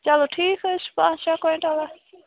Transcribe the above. چلو ٹھیٖک حظ چھُ پانٛژھ شےٚ کۄینٛٹَل